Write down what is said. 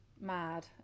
mad